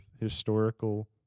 historical